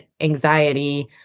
anxiety